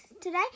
today